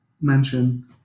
mentioned